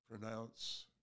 pronounce